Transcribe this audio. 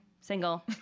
single